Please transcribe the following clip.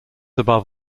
above